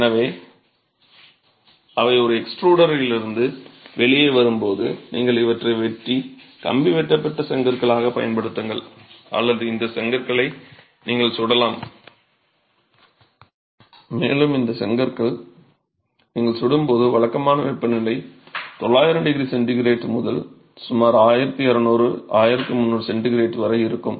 எனவே அவை ஒரு எக்ஸ்ட்ரூடரிலிருந்து வெளியே வரும்போது நீங்கள் இவற்றை வெட்டி கம்பி வெட்டப்பட்ட செங்கற்களாகப் பயன்படுத்துங்கள் அல்லது இந்த செங்கற்களை நீங்கள் சுடலாம் மேலும் இந்த செங்கற்களை நீங்கள் சுடும்போது வழக்கமான வெப்பநிலை 900 டிகிரி சென்டிகிரேட் முதல் சுமார் 1200 1300 சென்டிகிரேட் வரை இருக்கும்